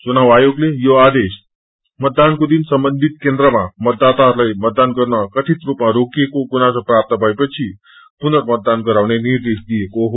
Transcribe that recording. चुनाव आयोगले यो आदेश मतदानको दिन सम्बन्धित केन्द्रमा मतदाताहरूलाई मतदान गर्न कथित रूपमा रोकिएको गुनासो प्राप्त भएपछि पुनर्मतदानगराउने निर्देश दिएको हो